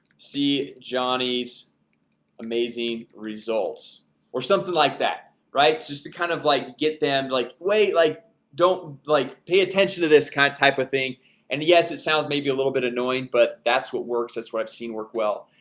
see johnnie's amazing results or something like that rights just to kind of like get them like wait like don't like pay attention to this kind of type of thing and yes, it sounds may be a little bit annoying but that's what works. that's what i've seen work well,